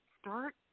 start